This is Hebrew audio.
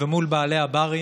ומול בעלי הברים